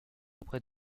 auprès